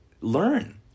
learn